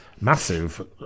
massive